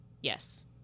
Yes